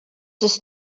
ist